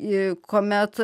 ir kuomet